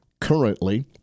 currently